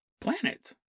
planet